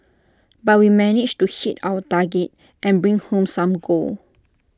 but we managed to hit our target and bring home some gold